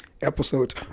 episode